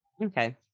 okay